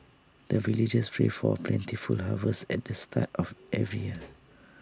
the villagers pray for plentiful harvest at the start of every year